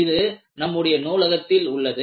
இது நம்முடைய நூலகத்தில் உள்ளது